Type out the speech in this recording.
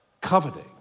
coveting